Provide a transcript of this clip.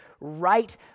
right